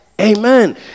Amen